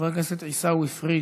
חבר הכנסת עיסאווי פריג,